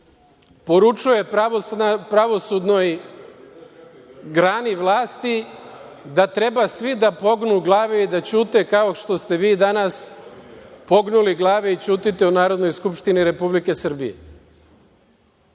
poručuje pravosudnoj grani vlasti da treba svi da pognu glave i da ćute kao što ste vi danas pognuli glave i ćutite u Narodnoj skupštini Republike Srbije? Da